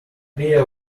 priya